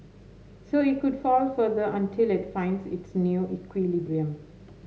so it could fall further until it finds its new equilibrium